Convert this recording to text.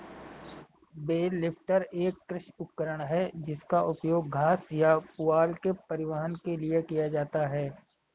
bell lifter एक कृषि उपकरण है जिसका उपयोग घास या पुआल के परिवहन के लिए किया जाता है